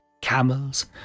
camels